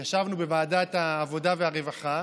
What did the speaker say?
ישבנו בוועדת העבודה והרווחה